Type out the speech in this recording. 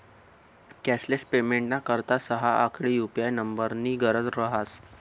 cashless पेमेंटना करता सहा आकडी यु.पी.आय नम्बरनी गरज रहास